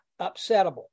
upsettable